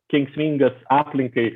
kenksmingas aplinkai